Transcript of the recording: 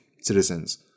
citizens